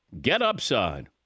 GetUpside